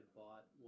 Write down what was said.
bought